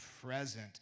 present